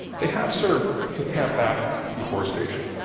they have served to tamp back deforestation.